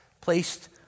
placed